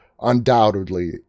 undoubtedly